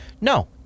No